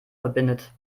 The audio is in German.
verbindet